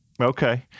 Okay